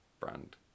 brand